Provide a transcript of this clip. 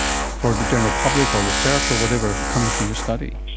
for the general public or research or whatever coming from your study?